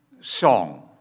song